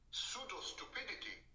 pseudo-stupidity